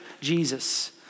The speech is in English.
Jesus